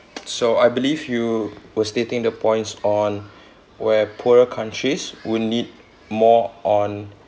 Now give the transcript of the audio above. so I believe you were stating the points on where poorer countries would need more on